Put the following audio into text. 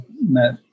met